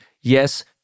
Yes